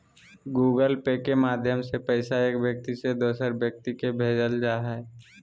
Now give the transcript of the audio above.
Google Pay के माध्यम से पैसा एक व्यक्ति से दोसर व्यक्ति के भेजल जा हय